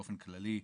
באופן כללי,